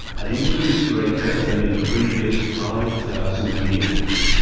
an increase greater than in the previous five thousand years.